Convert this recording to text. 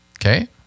Okay